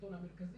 השלטון המרכזי,